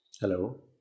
Hello